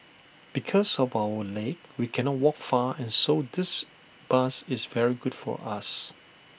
because of our leg we cannot walk far so this bus is very good for us